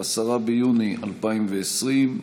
10 ביוני 2020,